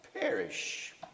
perish